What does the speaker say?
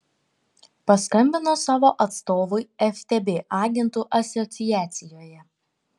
paskambino savo atstovui ftb agentų asociacijoje